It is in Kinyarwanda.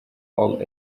all